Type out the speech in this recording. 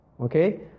Okay